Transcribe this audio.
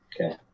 Okay